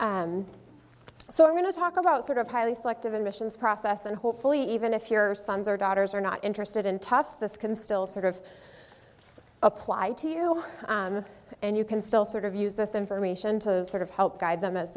promise so i'm going to talk about sort of highly selective admissions process and hopefully even if your sons or daughters are not interested in tufts this can still sort of apply to you and you can still sort of use this information to sort of help guide them as